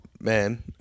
man